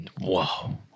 whoa